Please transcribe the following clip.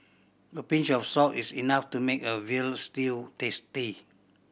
a pinch of salt is enough to make a veal stew tasty